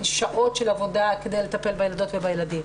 שעות של עבודה כדי לטפל בילדות ובילדים.